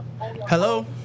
Hello